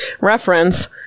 reference